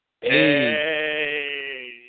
Hey